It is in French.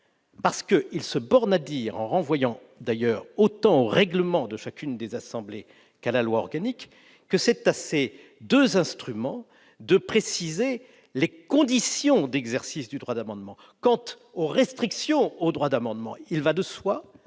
cet article se borne à indiquer, en renvoyant d'ailleurs tant au règlement de chacune des assemblées qu'à la loi organique, que c'est à ces deux instruments de préciser les conditions d'exercice du droit d'amendement. Quant aux restrictions au droit d'amendement, il va de soi